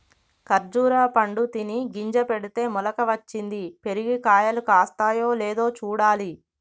ఖర్జురా పండు తిని గింజ పెడితే మొలక వచ్చింది, పెరిగి కాయలు కాస్తాయో లేదో చూడాలి